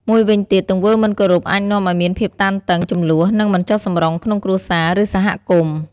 មួយវិញទៀត ទង្វើមិនគោរពអាចនាំឲ្យមានភាពតានតឹង ជម្លោះ និងមិនចុះសម្រុងក្នុងគ្រួសារ ឬសហគមន៍។